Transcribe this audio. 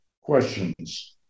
questions